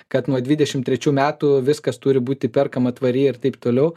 kad nuo dvidešim trečių metų viskas turi būti perkama tvariai ir taip toliau